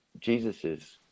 jesus's